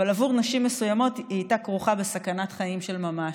אבל עבור נשים מסוימות היא הייתה כרוכה בסכנת חיים של ממש,